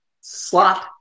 slot